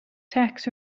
tax